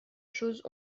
choses